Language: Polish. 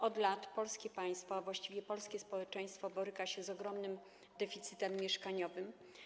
Od lat polskie państwo, a właściwie polskie społeczeństwo, boryka się z ogromnym deficytem mieszkaniowym.